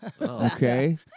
Okay